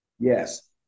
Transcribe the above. Yes